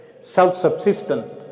self-subsistent